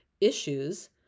issues